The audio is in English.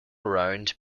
round